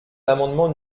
l’amendement